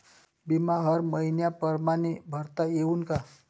बिमा हर मइन्या परमाने भरता येऊन का?